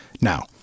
now